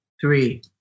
Three